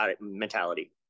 mentality